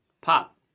Pop